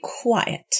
quiet